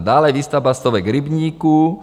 Dále výstavba stovek rybníků